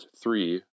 three